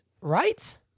Right